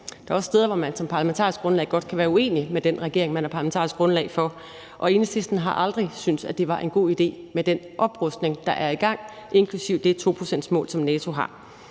Der er også steder, hvor man som parlamentarisk grundlag kan være uenig med den regering, man er parlamentarisk grundlag for, og Enhedslisten har aldrig syntes, at det var en god idé med den oprustning, der er i gang, inklusive det 2-procentsmål, som NATO har.